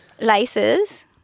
laces